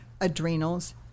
adrenals